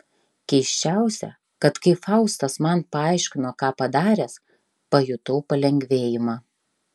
keisčiausia kad kai faustas man paaiškino ką padaręs pajutau palengvėjimą